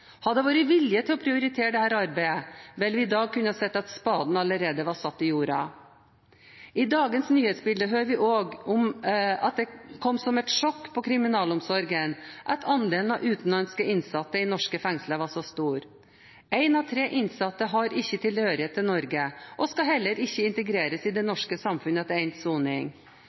Hadde det vært vilje til å prioritere dette arbeidet, ville vi i dag kunne sett at spaden allerede var satt i jorda. I dagens nyhetsbilde hører vi også at det kom som et sjokk på kriminalomsorgen at andelen utenlandske innsatte i norske fengsler var så stor – én av tre innsatte har ikke tilhørighet til Norge og skal heller ikke integreres i det norske samfunn etter endt soning. Da er det en